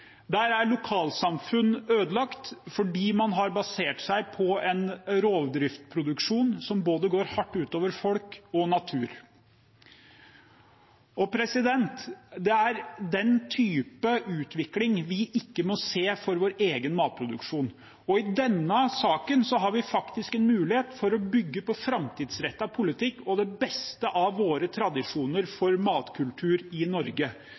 Der er lokalsamfunn ødelagt fordi man har basert seg på en rovdriftproduksjon som går hardt ut over både folk og natur. Det er den type utvikling vi ikke må se for vår egen matproduksjon. I denne saken har vi faktisk en mulighet for å bygge på framtidsrettet politikk og det beste av våre tradisjoner for matkultur i Norge.